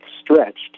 stretched